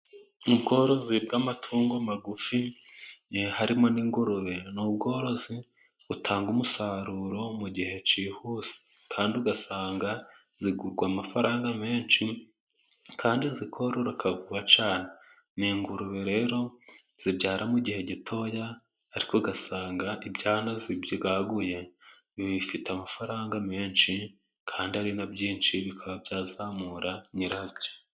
Mu bworozi bw' amatungo magufi harimo n'ingurube, n'ubworozi butanga umusaruro mu gihe cyihuse kandi ugasanga zigurwa amafaranga menshi kandi zikororoka vuba cyane, n'ingurube rero zibyara mu gihe gitoya ariko ugasanga ibyana zibwaguye bifite amafaranga menshi kandi ari na byinshi bikaba byazamura nyirabyo.